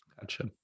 Gotcha